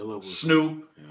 Snoop